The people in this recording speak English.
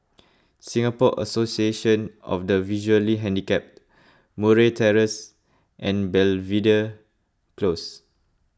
Singapore Association of the Visually Handicapped Murray Terrace and Belvedere Close